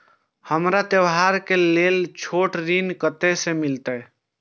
हमरा त्योहार के लेल छोट ऋण कते से मिलते?